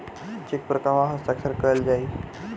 Check पर कहवा हस्ताक्षर कैल जाइ?